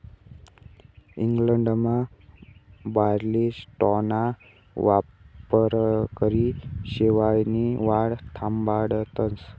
इंग्लंडमा बार्ली स्ट्राॅना वापरकरी शेवायनी वाढ थांबाडतस